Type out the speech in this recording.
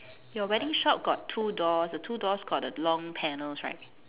your wedding shop got two doors the two doors got the long panels right